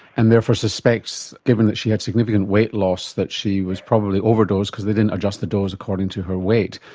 and therefore suspects, given that she had significant weight loss, that she was probably overdosed because they didn't adjust the dose according to her weight.